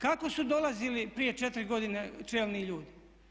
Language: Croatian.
Kako su dolazili prije 4 godine čelni ljudi?